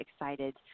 excited